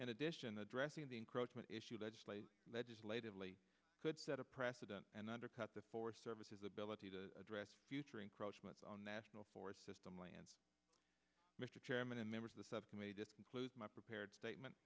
in addition addressing the encroachment issue legislation legislatively could set a precedent and undercut the forest service his ability to address future encroachment on national forest system lands mr chairman and members of the subcommittee to include my prepared statement